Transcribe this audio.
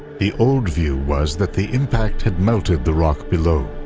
the old view was that the impact had melted the rock below.